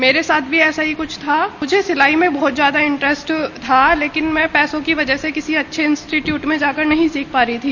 मेरे साथ भी कुछ ऐसा ही था मुझे सिलाई में बहुत ज्यादा इंट्रेस्ट था लेकिन मैं पैसों की वजह से किसी अच्छे इंस्टीट्यूट में जाकर नहीं सीख पा रही थी